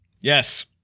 Yes